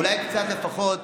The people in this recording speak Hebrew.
אולי קצת לפחות